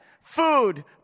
food